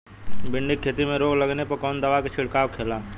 भिंडी की खेती में रोग लगने पर कौन दवा के छिड़काव खेला?